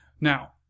Now